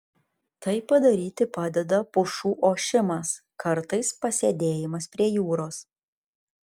tai padaryti padeda pušų ošimas kartais pasėdėjimas prie jūros